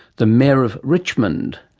the mayor of richmond,